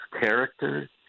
character